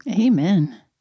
Amen